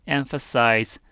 emphasize